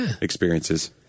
experiences